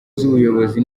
z’ubuyobozi